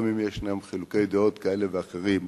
גם אם ישנם חילוקי דעות כאלה ואחרים,